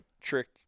trick